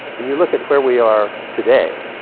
and you look at where we are today.